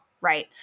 right